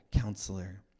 Counselor